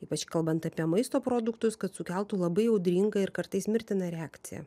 ypač kalbant apie maisto produktus kad sukeltų labai audringą ir kartais mirtiną reakciją